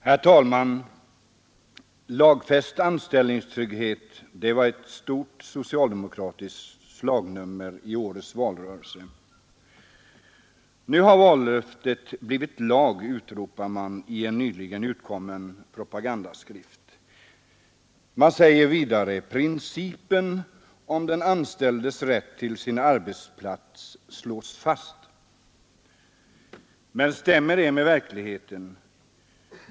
Herr talman! Lagfäst anställningstrygghet var ett stort socialdemokratiskt slagnummer i årets valrörelse. Nu har vallöftet blivit lag, utropar man i en nyligen utkommen propagandaskrift. Man säger vidare: Principen om den anställdes rätt till sin arbetsplats slås fast. Men stämmer det med verkligheten?